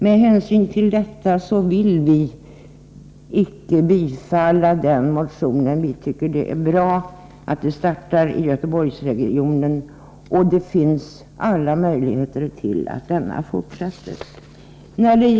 Med hänsyn till detta vill vi icke bifalla den motionen. Vi tycker det är bra att försöksverksamheten startar i Göteborgsregionen, och det finns alla möjligheter att denna skall fortsätta.